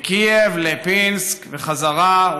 מקייב לפינסק וחזרה,